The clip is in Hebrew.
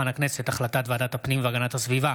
החלטת ועדת הפנים והגנת הסביבה